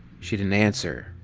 she didn't answer,